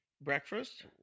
breakfast